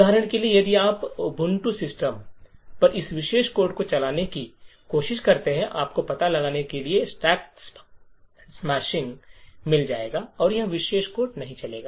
उदाहरण के लिए यदि आप उबंटू सिस्टम पर इस विशेष कोड को चलाने की कोशिश करते हैं आपको पता लगाने के लिए स्टैक स्मेशिंग मिल जाएगा और यह विशेष कोड नहीं चलेगा